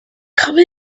come